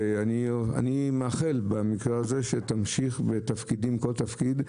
אני מאחל שתמשיך בכל תפקיד.